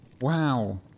Wow